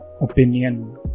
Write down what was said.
opinion